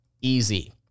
easy